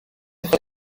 achos